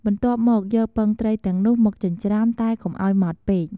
បន្ទាប់មក យកពងត្រីទាំងនោះមកចិញ្ច្រាំ តែកុំឱ្យម៉ដ្តពេក។